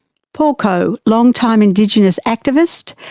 paul coe, long-time indigenous activist,